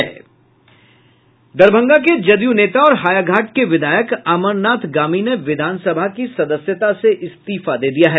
दरभंगा के जदयू नेता और हायाघाट के विधायक अमर नाथ गामी ने विधानसभा की सदस्यता से इस्तीफा दे दिया है